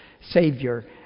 Savior